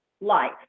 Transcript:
life